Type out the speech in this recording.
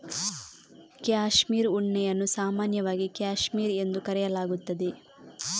cashmere ಉಣ್ಣೆಯನ್ನು ಸಾಮಾನ್ಯವಾಗಿ cashmere ಎಂದು ಕರೆಯಲಾಗುತ್ತದೆ